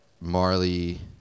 Marley